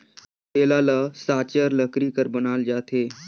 कुटेला ल साचर लकरी कर बनाल जाथे